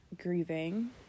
grieving